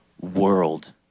world